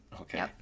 Okay